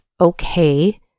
okay